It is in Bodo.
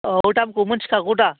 औ दामखौ मिनथिखागौ दा